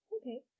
Okay